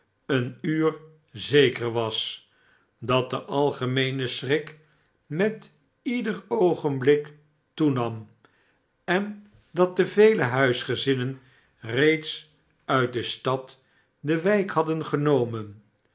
een uur zeker was dat de algemeene schrik met ieder oogenblik toenam en dat de vele huisgezinnen reeds uit de stad de wijk hadden genomen